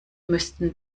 müssten